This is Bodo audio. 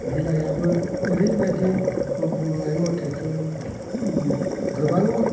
बिलाइआबो ओरैबायदि बुंनाय मथेथ' गोबां